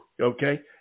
Okay